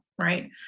right